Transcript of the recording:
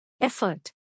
effort